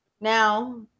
now